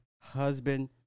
husband